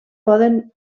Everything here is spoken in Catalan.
poden